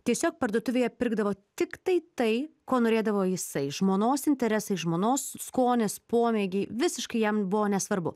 tiesiog parduotuvėje pirkdavo tiktai tai ko norėdavo jisai žmonos interesai žmonos skonis pomėgiai visiškai jam buvo nesvarbu